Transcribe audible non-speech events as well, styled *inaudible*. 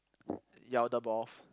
*noise* the ball